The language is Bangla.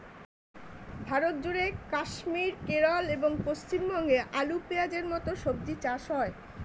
ভারতজুড়ে কাশ্মীর, কেরল এবং পশ্চিমবঙ্গে আলু, পেঁয়াজের মতো সবজি চাষ হয়